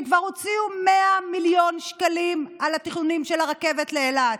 כבר הוציאו 100 מיליון שקלים על התכנונים של הרכבת לאילת.